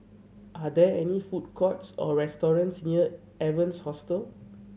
are there any food courts or restaurants near Evans Hostel